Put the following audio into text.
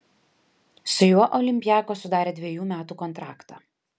su juo olympiakos sudarė dvejų metų kontraktą